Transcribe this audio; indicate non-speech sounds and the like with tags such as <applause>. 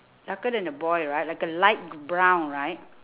darker than the boy right like a light <noise> brown right